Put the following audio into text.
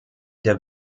der